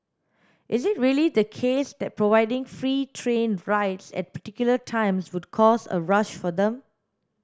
is it really the case that providing free train rides at particular times would cause a rush for them